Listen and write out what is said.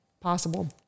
possible